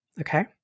Okay